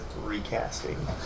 recasting